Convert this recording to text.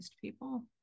people